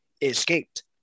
escaped